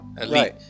elite